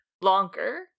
longer